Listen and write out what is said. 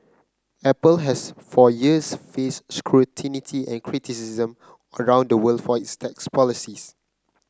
apple has for years faced scrutiny and criticism around the world for its tax policies